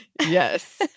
Yes